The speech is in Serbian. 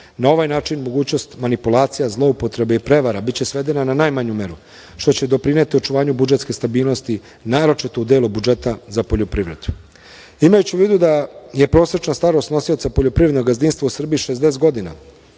Na ovaj način, mogućnost manipulacija, zloupotreba i prevara biće svedena na najmanju meru, što će doprineti očuvanju budžetske stabilnosti, naročito u delu budžeta za poljoprivredu. Imajući u vidu da je prosečna starost nosilaca poljoprivrednog gazdinstva u Srbiji 60 godina